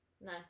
no